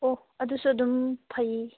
ꯑꯣ ꯑꯗꯨꯁꯨ ꯑꯗꯨꯝ ꯐꯩ